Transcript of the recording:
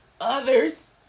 others